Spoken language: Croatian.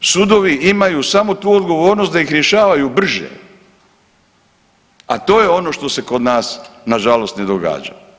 Sudovi imaju samo tu odgovornost da ih rješavaju brže, a to je ono što se kod nas nažalost ne događa.